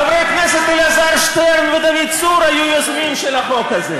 חבר הכנסת אלעזר שטרן ודוד צור עוד היו יוזמים של החוק הזה.